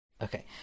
okay